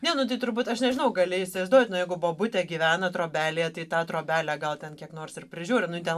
ne nu tai turbūt aš nežinau gali įsivaizduot nu jeigu bobutė gyvena trobelėje tai tą trobelę gal ten kiek nors ir prižiūri nu ten